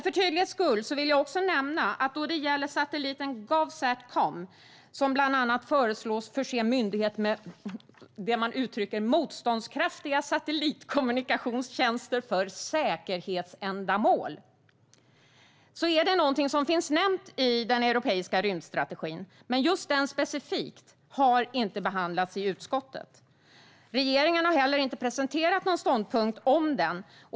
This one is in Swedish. För tydlighets skull vill jag också nämna att satelliten Govsatcom, som bland annat föreslås förse myndigheter med, som man uttrycker det, motståndskraftiga satellitkommunikationstjänster för säkerhetsändamål, finns nämnd i den europeiska rymdstrategin. Men den har inte specifikt behandlats i utskottet. Regeringen har heller inte presenterat någon ståndpunkt om den.